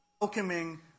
welcoming